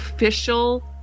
official